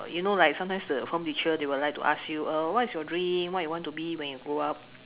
you know like sometimes the form teacher they will like to ask you uh what is your dream what do you want to be when you grow up